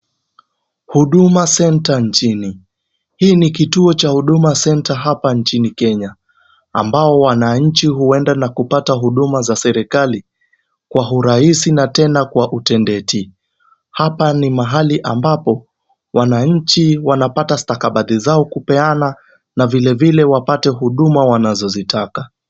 Huduma Center nchini. Hii ni kituo cha Huduma Center hapa nchini Kenya ambao wananchi uenda na kupata huduma za serikali kwa urahisi na tena kwa utendeti. Hapa ni mahali ambapo wananchi wanapata stakabadhi zao kupeana na vile vile wapate huduma wanazozitaka.